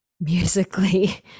musically